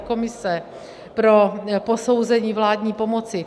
Komise pro posouzení vládní pomoci.